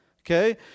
okay